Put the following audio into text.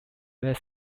less